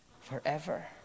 forever